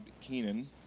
Kenan